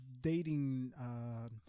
dating